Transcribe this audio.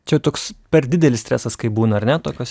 čia toks per didelis stresas kai būna ar ne tokiuose